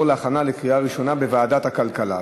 להכנה לקריאה ראשונה בוועדת הכלכלה.